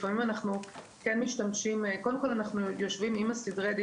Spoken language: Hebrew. אנחנו יושבים עם סדרי הדין,